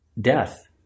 death